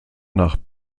nach